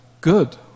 good